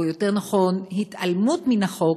או יותר נכון התעלמות מן החוק,